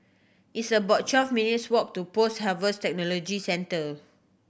it's about twelve minutes' walk to Post Harvest Technology Center